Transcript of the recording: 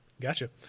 gotcha